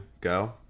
go